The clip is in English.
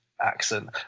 accent